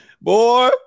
Boy